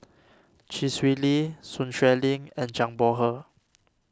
Chee Swee Lee Sun Xueling and Zhang Bohe